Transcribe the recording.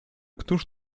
któż